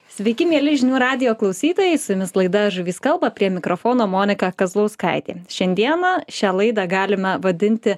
sveiki mieli žinių radijo klausytojai su jumis laida žuvys kalba prie mikrofono monika kazlauskaitė šiandieną šią laidą galime vadinti